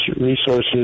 resources